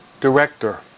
director